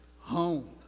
Home